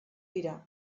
dira